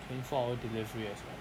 twenty four hour delivery as well